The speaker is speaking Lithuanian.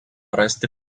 rasti